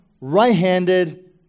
right-handed